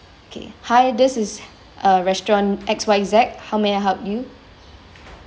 okay hi this is uh restaurant X Y Z how may I help you